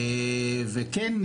וכן,